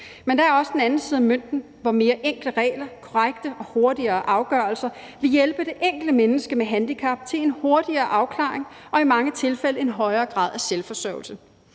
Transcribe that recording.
Men der er også den anden side af mønten, hvor mere enkle regler, korrekte og hurtigere afgørelser vil hjælpe det enkelte menneske med handicap til en hurtigere afklaring og i mange tilfælde en højere grad af selvforsørgelse.